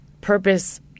purpose